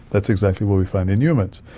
that's exactly what we find in humans.